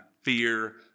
fear